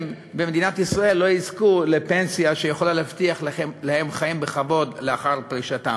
במדינת ישראל יזכו לפנסיה שיכולה להבטיח להם חיים בכבוד לאחר פרישתם.